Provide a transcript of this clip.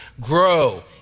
grow